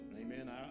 amen